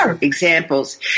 examples